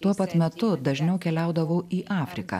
tuo pat metu dažniau keliaudavau į afriką